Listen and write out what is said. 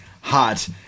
Hot